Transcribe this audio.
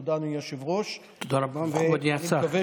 תודה, אדוני היושב-ראש, תודה רבה, מכובדי השר.